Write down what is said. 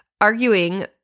arguing